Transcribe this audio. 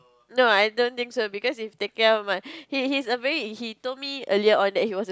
no I don't think so because he's take care of my he he he's a very he told me earlier on that he's a